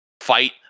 fight